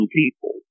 people